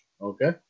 Okay